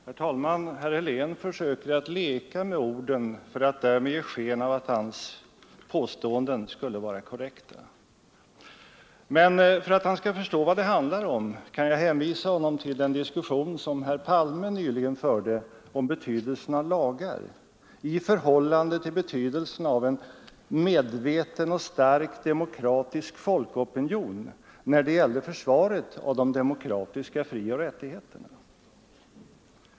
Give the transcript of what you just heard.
Herr talman! Herr Helén fortsätter leka med orden för att därmed ge sken av att hans påståenden skulle vara korrekta. Men för att han skall förstå vad det handlar om kan jag hänvisa honom till den diskussion som herr Palme nyligen förde om betydelsen av lagarna i förhållande till betydelsen av en medveten och stark demokratisk folkopinion när det gäller försvaret av de demokratiska frioch rättigheterna.